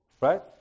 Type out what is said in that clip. Right